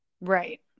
Right